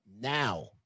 now